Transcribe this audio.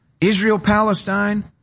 Israel-Palestine